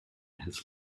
his